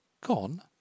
Gone